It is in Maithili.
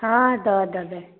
हँ दऽ देबै